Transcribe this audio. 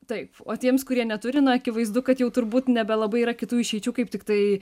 taip o tiems kurie neturi na akivaizdu kad jau turbūt nebelabai yra kitų išeičių kaip tiktai